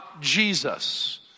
Jesus